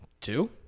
Two